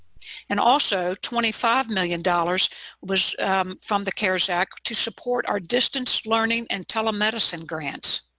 and also twenty five million dollars was from the cares act to support our distance learning and telemedicine grants.